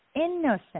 Innocent